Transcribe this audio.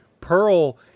Pearl